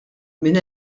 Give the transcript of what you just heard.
minn